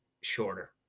shorter